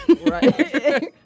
Right